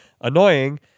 annoying